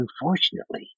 Unfortunately